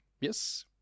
yes